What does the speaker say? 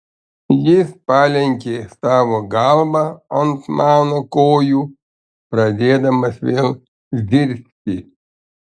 jis palenkė savo galvą ant mano kojų pradėdamas vėl zirzti